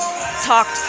talked